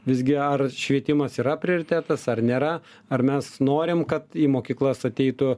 visgi ar švietimas yra prioritetas ar nėra ar mes norim kad į mokyklas ateitų